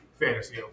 fantasy